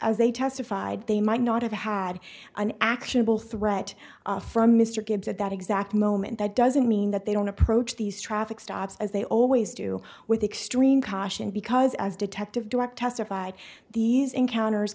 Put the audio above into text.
as they testified they might not have had an actionable threat from mr gibbs at that exact moment that doesn't mean that they don't approach these traffic stops as they always do with extreme caution because as detective direct testified these encounters